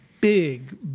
big